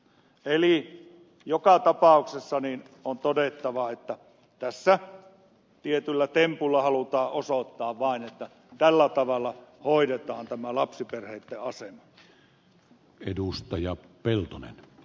eli joka tapauksessa on todettava että tässä tietyllä tempulla halutaan osoittaa vain että tällä tavalla hoidetaan tämä lapsiperheitten asema